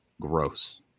gross